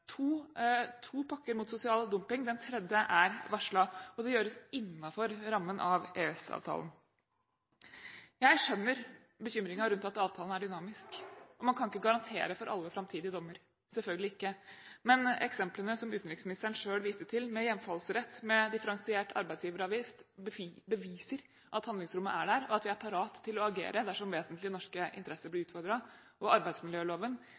to pakker mot sosial dumping, den tredje er varslet, og det gjøres innenfor rammen av EØS-avtalen. Jeg skjønner bekymringen rundt at avtalen er dynamisk. Man kan ikke garantere for alle framtidige dommer – selvfølgelig ikke. Men eksemplene som utenriksministeren selv viste til, med hjemfallsrett og differensiert arbeidsgiveravgift, beviser at handlingsrommet er der, at vi er parat til å agere dersom vesentlige norske interesser blir utfordret, og at arbeidsmiljøloven